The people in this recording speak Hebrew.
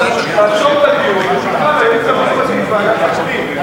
תעצור את הדיון ותקרא ליועץ המשפטי של ועדת הפנים.